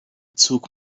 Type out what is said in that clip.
took